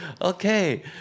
Okay